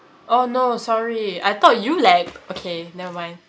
oh no sorry I thought you lagged okay never mind